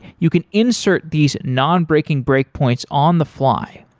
you can insert these nonbreaking breakpoints on the fly.